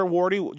Wardy